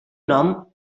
nom